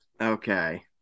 Okay